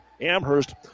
Amherst